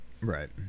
right